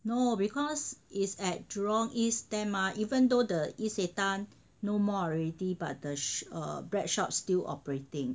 no because is at jurong east there mah even though the Isetan no more already but the bread shop still operating